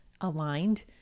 aligned